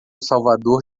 salvador